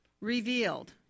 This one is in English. revealed